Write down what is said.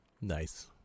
Nice